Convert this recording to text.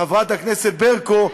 חברת הכנסת ברקו,